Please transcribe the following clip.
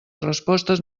respostes